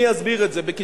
אני אסביר את זה בקיצור.